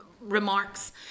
remarks